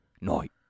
night